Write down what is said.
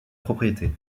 propriété